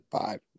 five